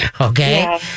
Okay